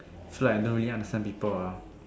so like I don't really understand people ah